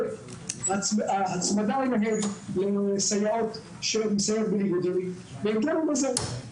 הצמדה לסייעות שנמצאות --- והגיעו לזה.